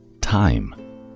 Time